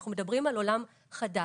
אנחנו מדברים על עולם חדש,